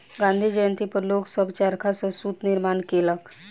गाँधी जयंती पर लोक सभ चरखा सॅ सूत निर्माण केलक